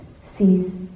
sees